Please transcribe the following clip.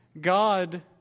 God